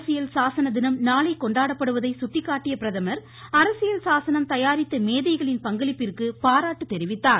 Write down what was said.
அரசியல் சாசன தினம் நாளை கொண்டாடப்படுவதை சுட்டிக்காட்டிய பிரதமர் அரசியல் சாசனம் தயாரித்த மேதைகளின் பங்களிப்பிற்கு பாராட்டு தெரிவித்தார்